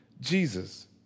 Jesus